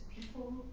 people